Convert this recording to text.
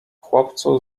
chłopcu